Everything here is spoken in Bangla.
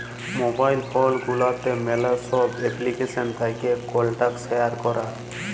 মোবাইল ফোল গুলাতে ম্যালা ছব এপ্লিকেশল থ্যাকে কল্টাক্ট শেয়ার ক্যরার